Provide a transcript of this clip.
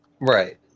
Right